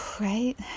right